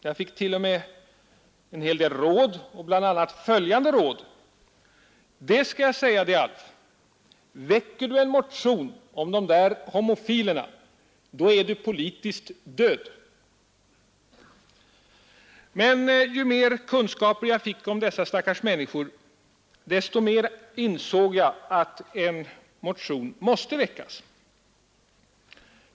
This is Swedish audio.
Jag fick en hel del råd, bl.a. följande: ”Det skall jag säga Dig, Alf, väcker Du en motion om de där homofilerna är Du politiskt död.” Men ju mer kunskaper jag fick om dessa stackars människor, desto mer insåg jag att en motion måste väckas.